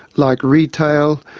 like retail,